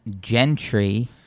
Gentry